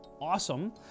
Awesome